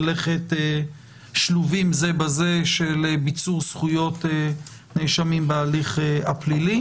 של ביצור זכויות נאשמים בהליך הפלילי.